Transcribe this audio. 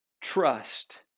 trust